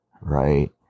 right